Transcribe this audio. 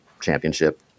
championship